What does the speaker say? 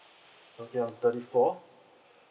okay I'm thirty four